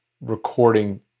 recording